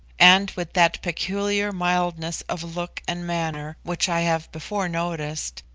and with that peculiar mildness of look and manner which i have before noticed,